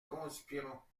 conspirons